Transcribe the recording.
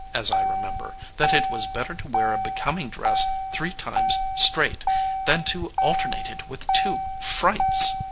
as i remember, that it was better to wear a becoming dress three times straight than to alternate it with two frights.